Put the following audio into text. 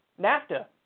NAFTA